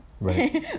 Right